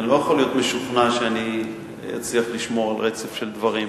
אני לא יכול להיות משוכנע שאני אצליח לשמור על רצף של דברים.